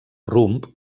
rumb